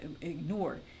ignored